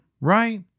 Right